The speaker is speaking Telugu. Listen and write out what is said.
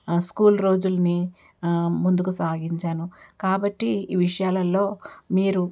స్కూల్ రోజులని ముందుకు సాగించాను కాబట్టి ఈ విషయాలలో మీరు